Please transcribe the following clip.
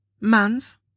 Mans